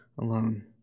alone